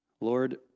Lord